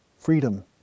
Freedom